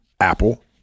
Apple